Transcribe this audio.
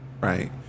right